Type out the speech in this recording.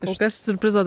kažkas siurprizo